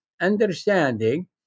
understanding